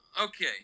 Okay